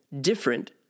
different